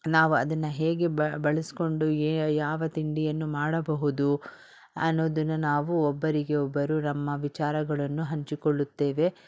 ನಾವು ಅದನ್ನು ಹೇಗೆ ಬಳಸಿಕೊಂಡು ಎ ಯಾವ ತಿಂಡಿಯನ್ನು ಮಾಡಬಹುದು ಅನ್ನೋದನ್ನು ನಾವು ಒಬ್ಬರಿಗೆ ಒಬ್ಬರು ನಮ್ಮ ವಿಚಾರಗಳನ್ನು ಹಂಚಿಕೊಳ್ಳುತ್ತೇವೆ